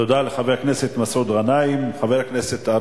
תודה לחבר הכנסת מסעוד גנאים.